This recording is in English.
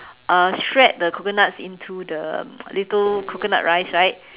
uh shred the coconuts into the little coconut rice right